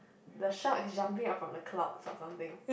the shark is jumping out from the cloud or something